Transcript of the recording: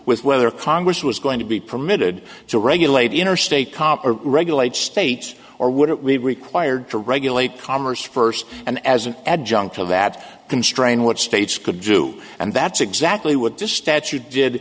with whether congress was going to be permitted to regulate interstate commerce regulate states or would it be required to regulate commerce first and as an adjunct to that constrain what states could do and that's exactly what this statute did